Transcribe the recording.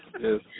yes